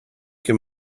can